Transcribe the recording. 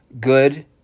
good